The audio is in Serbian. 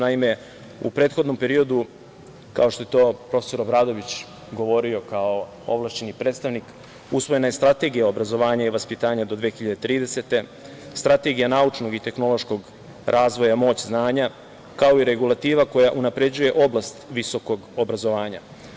Naime, u prethodnom periodu, kao što je to profesor Obradović govorio kao ovlašćeni predstavnik usvojena je Strategija obrazovanja i vaspitanja do 2030. godine, Strategija naučnog i tehnološkog razvoja, moć znanja, kao i regulativa koja unapređuje oblast visokog obrazovanja.